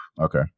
Okay